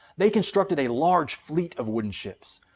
they constructed a large fleet of wooden ships,